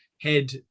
Head